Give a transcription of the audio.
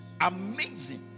Amazing